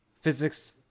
physics